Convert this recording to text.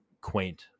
quaint